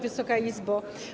Wysoka Izbo!